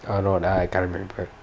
ya lor I can't remember